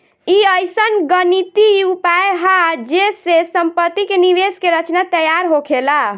ई अइसन गणितीय उपाय हा जे से सम्पति के निवेश के रचना तैयार होखेला